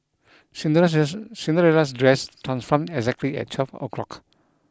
Cinderella's Cinderella's dress transformed exactly at twelve o'clock